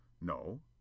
No